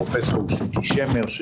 פרופ' שוקי שמר,